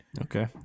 Okay